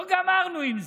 לא גמרנו עם זה.